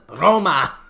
Roma